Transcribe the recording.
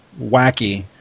wacky